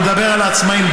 אני מדבר על העצמאים,